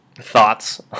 thoughts